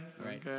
Okay